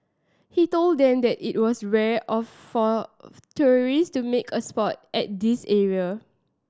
he told them that it was rare of for tourists to make a spot at this area